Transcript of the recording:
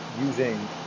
using